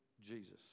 Jesus